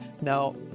Now